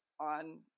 on